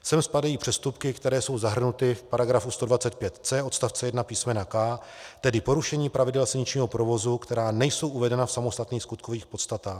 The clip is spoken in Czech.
Sem spadají přestupky, které jsou zahrnuty v § 125c odst. 1 písm. k), tedy porušení pravidel silničního provozu, která nejsou uvedena v samostatných skutkových podstatách.